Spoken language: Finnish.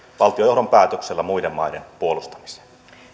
valtionjohdon päätöksellä muiden maiden puolustamiseen